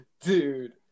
Dude